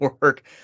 work